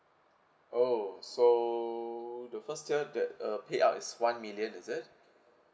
oh so the first year that uh payout is one million is it